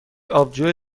آبجو